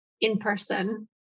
in-person